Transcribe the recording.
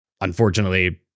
Unfortunately